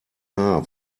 haar